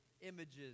images